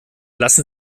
lassen